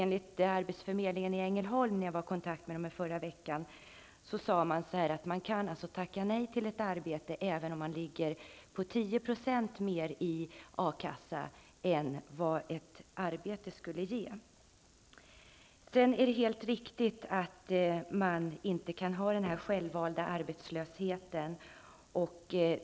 Enligt arbetsförmedlingen i Ängelholm, som jag var i kontakt med i förra veckan, kan en arbetssökande tacka nej till ett arbete om arbetslöshetsersättningen är 10 % större än den lön som det erbjudna arbetet skulle ge. Det är naturligtvis inte riktigt att man skall få ersättning vid självvald arbetslöshet.